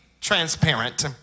transparent